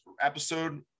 episode